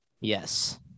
Yes